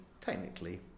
technically